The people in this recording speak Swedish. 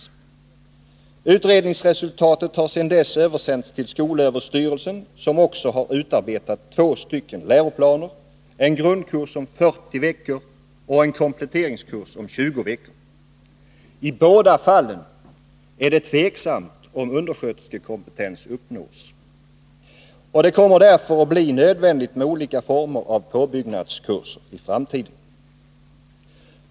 Utredningsresultatet har sedan dess översänts till skolöverstyrelsen, som också har utarbetat två läroplaner — en grundkurs om 40 veckor och en kompletteringskurs om 20 veckor. I båda fallen är det tveksamt om undersköterskekompetens uppnås. Det kommer därför att bli nödvändigt med olika former av påbyggnadskurser i framtiden.